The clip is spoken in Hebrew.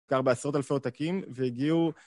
נמכר בעשרות אלפי עותקים והגיעו...